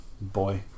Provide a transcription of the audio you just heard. Boy